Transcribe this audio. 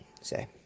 say